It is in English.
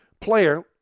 player